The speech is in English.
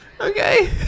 okay